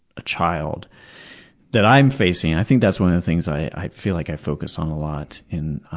child that i'm facing. and i think that's one of the things i feel like i focus on a lot in